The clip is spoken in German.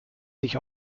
sich